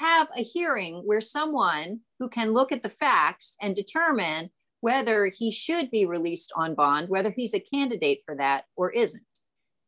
have a hearing where someone who can look at the facts and determine whether he should be released on bond whether he's a candidate for that or is